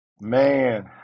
Man